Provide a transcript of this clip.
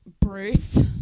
Bruce